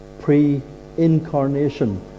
pre-incarnation